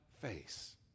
face